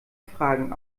fragen